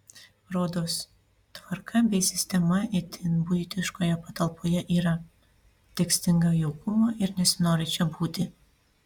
rodos tvarka bei sistema itin buitiškoje patalpoje yra tik stinga jaukumo ir nesinori čia būti